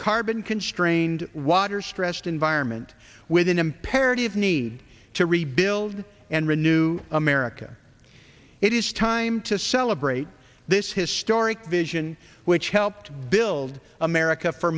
carbon constrained water stressed environment with an imperative need to rebuild and renew america it is time came to celebrate this historic vision which helped build america for